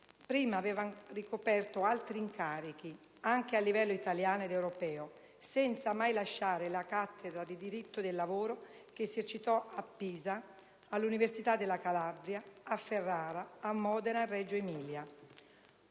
ancora, aveva ricoperto altri incarichi, a livello italiano ed europeo, senza mai lasciare la cattedra di diritto del lavoro, che esercitò a Pisa, all'Università della Calabria, a Ferrara, a Modena, a Reggio Emilia.